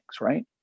right